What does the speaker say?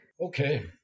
Okay